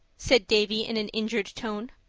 said davy in an injured tone.